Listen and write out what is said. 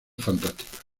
fantástica